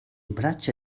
braccia